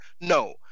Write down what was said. No